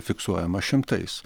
fiksuojama šimtais